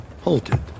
halted